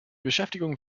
beschäftigung